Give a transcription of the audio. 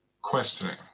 Questioning